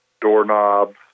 doorknobs